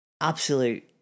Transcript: absolute